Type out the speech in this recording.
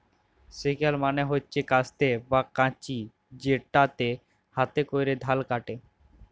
sickle মালে হচ্যে কাস্তে বা কাঁচি যেটাতে হাতে ক্যরে ধাল কাটে